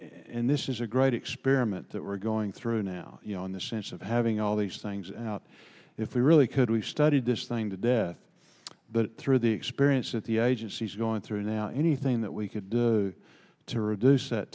and this is a great experiment that we're going through now you know in the sense of having all these things out if we really could we studied this thing to death through the experience that the agency is going through now anything that we could the to reduce that